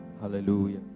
Hallelujah